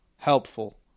Helpful